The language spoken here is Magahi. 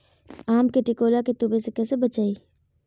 आम के टिकोला के तुवे से कैसे बचाई?